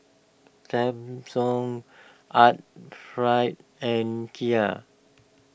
Samsung Art fried and Kia